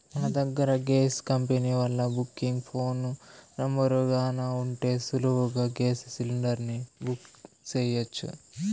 మన దగ్గర gas company వాల్ల బుకింగ్ ఫోను నెంబరు గాన ఉంటే సులువుగా గేస్ సిలిండర్ని బుక్ సెయ్యొచ్చు